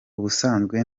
ubusanzwe